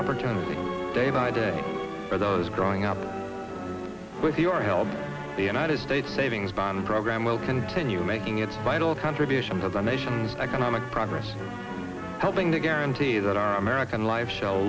opportunity day by day for those growing up with your help the united states things bond program will continue making its vital contribution to the nation's economic progress helping to guarantee that our american life s